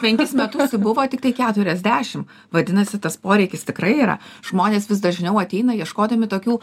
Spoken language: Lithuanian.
penkis metus buvo tiktai keturiasdešim vadinasi tas poreikis tikrai yra žmonės vis dažniau ateina ieškodami tokių